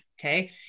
okay